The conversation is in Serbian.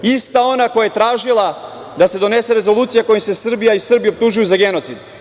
Ista ona koja je tražila da se donese rezolucija kojom se Srbija i Srbi optužuju za genocid.